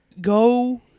go